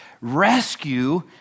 rescue